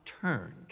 turned